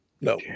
No